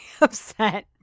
upset